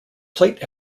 plate